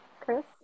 Chris